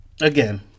Again